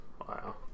wow